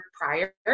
prior